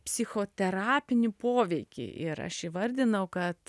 psichoterapinį poveikį ir aš įvardinau kad